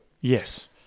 Yes